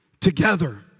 together